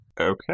Okay